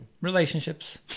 Relationships